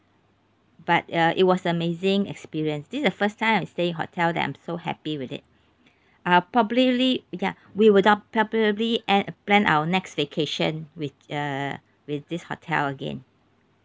but uh it was amazing experience this is the first time I stay in a hotel that I'm so happy with it uh probably ya we would dob~ probably and plan our next vacation with err with this hotel again